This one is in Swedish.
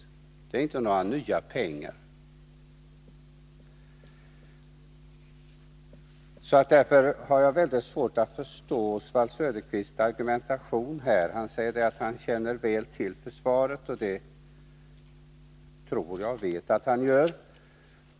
Det är inte några nya pengar. Därför har jag väldigt svårt att förstå Oswald Söderqvists argumentation. Han säger att han känner väl till försvaret, och det tror jag att han gör.